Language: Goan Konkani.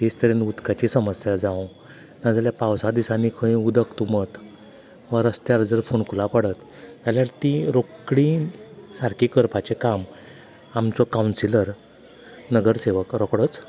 तेच तरेन उदकाची समस्या जावं नाजाल्यार पावसा दिसांनी खंय उदक तुमत वा रस्त्यार जर खोणकुलां पडत जाल्यार तीं रोकडीं सारकीं करपाचें काम आमचो कावंसीलर नगरसेवक रोखडोच करता